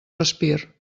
respir